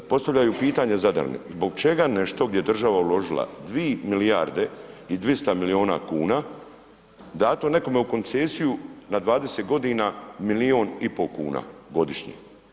Postavljaju pitanje Zadrani, zbog čega nešto gdje je država uložila 2 milijarde i 200 milijuna kuna dato nekome u koncesiju na 20 g., milijun i pol kuna godišnje?